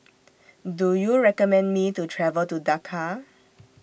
Do YOU recommend Me to travel to Dakar